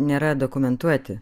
nėra dokumentuoti